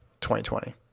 2020